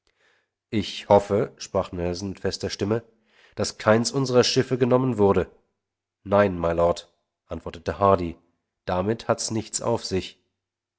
ich hoffe sprach nelson mit fester stimme daß keins unsrer schiffe genommen wurde nein mylord antwortete hardy damit hat's nichts auf sich